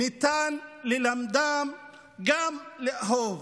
אפשר ללמדם גם לאהוב.